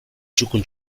txukun